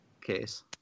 case